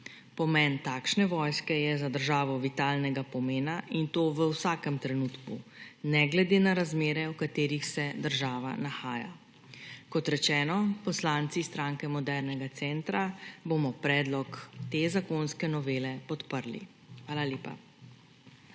Pomen takšne vojske je za državo vitalnega pomena, in to v vsakem trenutku, ne glede na razmere, v katerih se država nahaja. Kot rečeno, poslanci Stranke modernega centra bomo predlog te zakonske novele podprli. Hvala lepa.